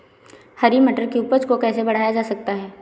हरी मटर की उपज को कैसे बढ़ाया जा सकता है?